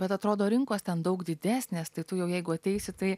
bet atrodo rinkos ten daug didesnės tai tu jau jeigu ateisi tai